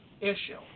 issue